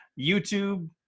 YouTube